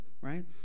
right